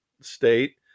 state